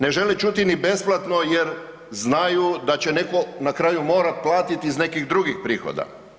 Ne žele čuti ni besplatno jer znaju da će netko na kraju morat platiti iz nekih drugih prihoda.